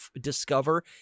discover